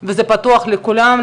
וזה פתוח לכולם,